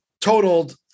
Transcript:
totaled